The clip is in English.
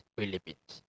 Philippines